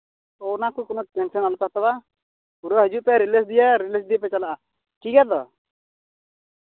ᱚᱱᱟ ᱠᱚ ᱠᱳᱱᱳ ᱴᱮᱱᱥᱮᱱ ᱟᱞᱚ ᱯᱮ ᱦᱟᱛᱟᱣᱟ ᱯᱩᱨᱟᱹ ᱦᱤᱡᱩᱜ ᱯᱮ ᱨᱤᱞᱟᱹᱠᱥ ᱫᱤᱭᱮ ᱨᱤᱞᱟᱹᱥ ᱫᱤᱭᱮ ᱯᱮ ᱪᱟᱞᱟᱜᱼᱟ ᱴᱷᱤᱠ ᱜᱮᱭᱟ ᱛᱚ